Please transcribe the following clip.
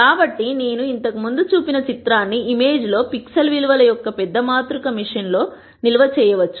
కాబట్టి నేను ఇంతకు ముందు చూపిన చిత్రాన్ని ఇమేజ్లో పిక్సెల్ విలువల యొక్క పెద్ద మాతృక మెషిన్ లో నిల్వ చేయవచ్చు